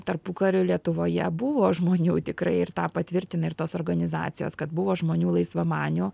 tarpukario lietuvoje buvo žmonių tikrai ir tą patvirtina ir tos organizacijos kad buvo žmonių laisvamanių